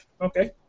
Okay